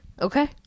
Okay